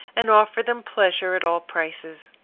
and offer them pleasure at all prices.